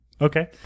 okay